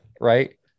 right